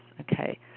okay